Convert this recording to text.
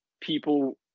people